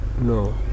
no